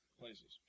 places